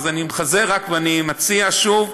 אני חוזר ואני מציע שוב: